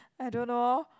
I don't know